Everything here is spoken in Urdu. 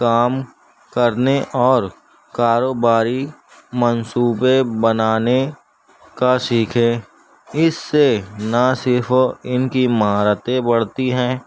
کام کرنے اور کاروباری منصوبے بنانے کا سیکھیں اس سے نہ صرف ان کی مہارتیں بڑھتی ہیں